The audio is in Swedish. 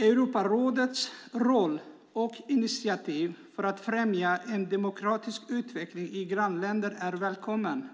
Europarådets roll och initiativ för att främja en demokratisk utveckling i grannländer är välkommen.